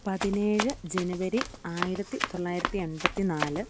പതിനേഴ് ജനുവരി ആയിരത്തി തൊള്ളായിരത്തി എൺപത്തിനാല്